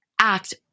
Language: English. act